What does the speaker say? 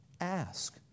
ask